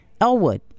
Elwood